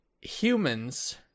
Humans